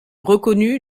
reconnu